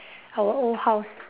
our old house